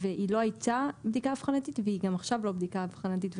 היא לא הייתה בדיקה אבחנתית והיא גם עכשיו לא בדיקה אבחנתית.